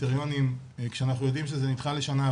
הקריטריונים כשאנחנו יודעים שזה נדחה לשנה הבאה.